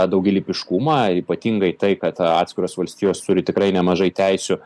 daugialypiškumą ypatingai tai kad atskiros valstijos turi tikrai nemažai teisių